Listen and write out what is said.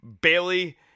Bailey